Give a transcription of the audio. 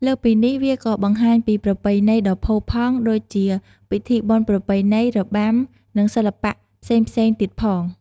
លើសពីនេះ វាក៏បង្ហាញពី ប្រពៃណី ដ៏ផូរផង់ ដូចជាពិធីបុណ្យប្រពៃណី របាំ និងសិល្បៈផ្សេងៗទៀតផង។